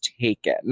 taken